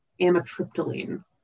amitriptyline